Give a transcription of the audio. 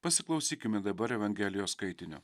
pasiklausykime dabar evangelijos skaitinio